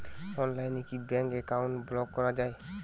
অনলাইনে কি bank account block করা য়ায়?